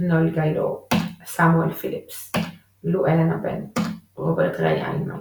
נויל גיילור סמואל פיליפס לו אלן הבן רוברט ריי אינמן